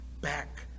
back